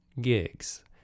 gigs